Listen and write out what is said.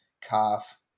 calf